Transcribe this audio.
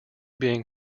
being